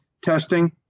testing